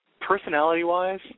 personality-wise